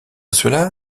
cela